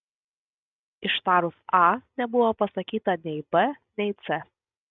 ištarus a nebuvo pasakyta nei b nei c